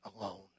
alone